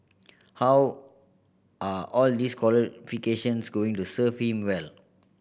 how are all these qualifications going to serve him well